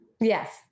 Yes